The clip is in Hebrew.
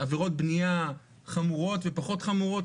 עבירות בנייה חמורות ופחות חמורות.